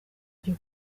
ryo